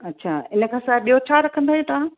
अच्छा इन खां सवाइ ॿियो छा रखंदा आहियो तव्हां